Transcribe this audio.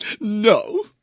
no